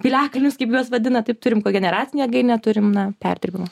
piliakalnius kaip juos vadina taip turim kogeneracinę jėgainę turim na perdirbimo